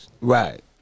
Right